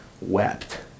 wept